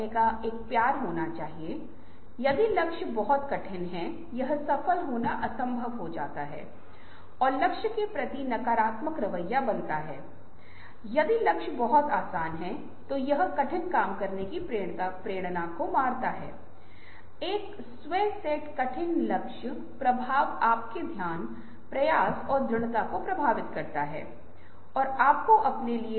इसी तरह सत्र कैसे होता है जहां सवाल खुला रखा जाता है और इस समस्या को कैसे सुलझाया जाता है और इस तरह फिर से समूह के सदस्य इस पर चर्चा कर सकते हैं और इसका पता लगाने के लिए विकल्प का मूल्यांकन कर सकते हैं